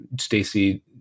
Stacey